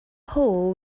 hole